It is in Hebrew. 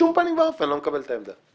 בשום פנים ואופן לא מקבל את העמדה.